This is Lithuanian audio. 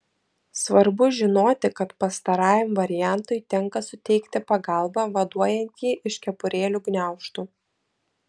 svarbu žinoti kad pastarajam variantui tenka suteikti pagalbą vaduojant jį iš kepurėlių gniaužtų